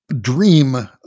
dream